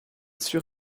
sur